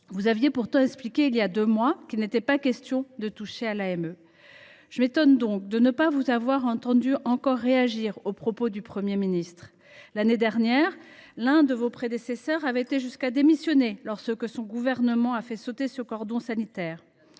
vous aviez pourtant expliqué qu’il n’était pas question de toucher à l’AME, madame la ministre. Je m’étonne donc de ne pas vous avoir encore entendue réagir aux propos du Premier ministre. L’année dernière, l’un de vos prédécesseurs avait été jusqu’à démissionner lorsque son gouvernement avait fait sauter ce cordon sanitaire.